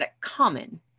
common